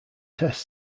test